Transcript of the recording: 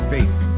Faith